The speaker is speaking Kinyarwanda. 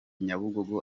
nyabugogo